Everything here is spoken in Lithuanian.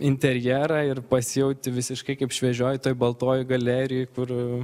interjerą ir pasijauti visiškai kaip šviežioj toj baltoj galerijoj kur